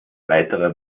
weiterer